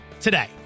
today